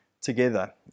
together